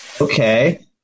Okay